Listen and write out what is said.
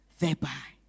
thereby